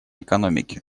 экономики